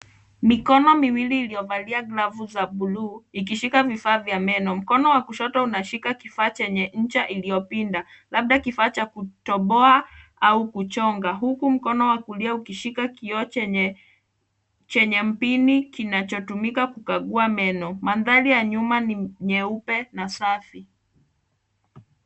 Mikono mkiwili iliyovalia glovu za bluu ikishika vifaa vya meno. Mkono wa kushoto unashika kifaa chenye ncha iliyipinda labda kifaa cha kutoboa au kuchonga huku mkono wa kulia ukishika kioo chenye mpini kinachotumika kukagua meno. Mandhari ya nyuma ni nyeupe na safi.